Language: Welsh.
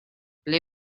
ble